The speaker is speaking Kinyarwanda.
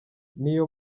n’iyo